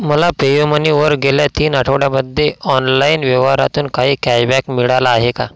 मला पेयुमनी वर गेल्या तीन आठवड्यामध्ये ऑनलाइन व्यवहारातून काही कॅशबॅक मिळाला आहे का